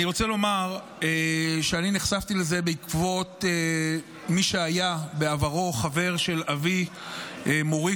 אני רוצה לומר שאני נחשפתי לזה בעקבות מי שהיה בעברו חבר של אבי ומורי,